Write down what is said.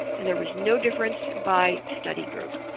and there was no difference by study group.